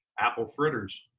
apple fritters.